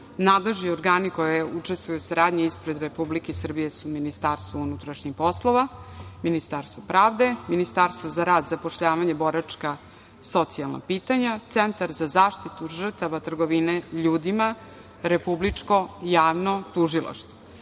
Nadležni organi koji učestvuju u saradnji ispred Republike Srbije su MUP, Ministarstvo pravde, Ministarstvo za rad, zapošljavanje, boračka i socijalna pitanja, Centar za zaštitu žrtava trgovine ljudima, Republičko javno tužilaštvo.